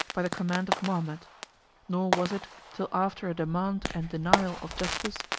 by the command of mohammed nor was it till after a demand and denial of justice,